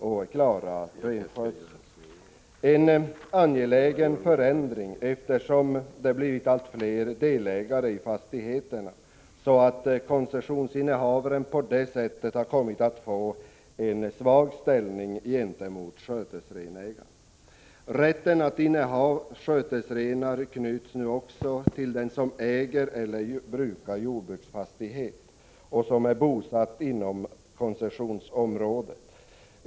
Det är en angelägen förändring eftersom det har blivit fler delägare i fastigheterna, så att koncessionsinnehavaren har fått en för svag ställning gentemot skötesrenägarna. Rätten att inneha skötesrenar knyts till den som äger eller brukar jordbruksfastighet och som är bosatt inom koncessionsområdet.